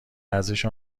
ارزش